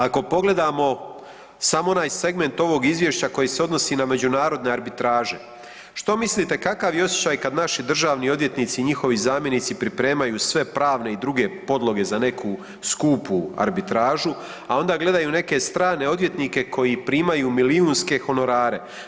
Ako pogledamo samo onaj segment ovog izvješća koji se odnosi na međunarodne arbitraže što mislite kakav je osjećaj kad naši državni odvjetnici i njihovi zamjenici pripremaju sve pravne i druge podloge za neku skupu arbitražu, a onda gledaju neke strane odvjetnike koji primaju milijunske honorare.